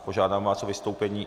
Požádám vás o vystoupení.